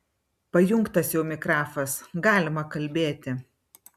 pajungtas jau mikrafas galima kalbėti